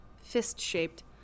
fist-shaped